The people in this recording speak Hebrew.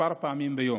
כמה פעמים ביום,